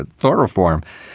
ah tort reform.